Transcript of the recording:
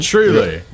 Truly